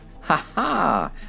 Ha-ha